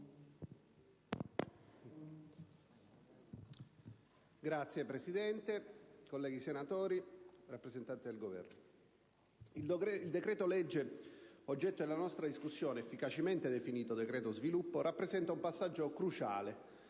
Signora Presidente, colleghi senatori, signor rappresentante del Governo, il decreto-legge oggetto della nostra discussione, efficacemente definito decreto sviluppo, rappresenta un passaggio cruciale,